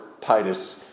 Titus